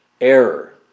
error